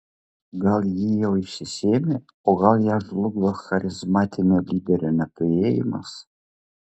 gal ji jau išsisėmė o gal ją žlugdo charizmatinio lyderio neturėjimas